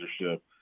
leadership